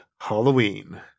Halloween